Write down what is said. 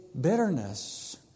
bitterness